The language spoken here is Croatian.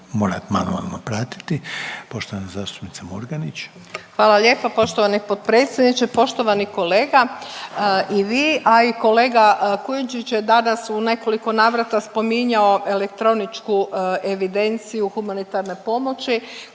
morat manualno pratiti. Poštovana zastupnica Murganić. **Murganić, Nada (HDZ)** Hvala lijepa poštovani potpredsjedniče. Poštovani kolega i vi, a i kolega Kujundžić je danas u nekoliko navrata spominjao elektroničku evidenciju humanitarne pomoći